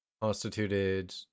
constituted